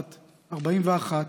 בת 41,